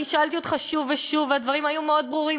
אני שאלתי אותך שוב ושוב והדברים היו מאוד ברורים,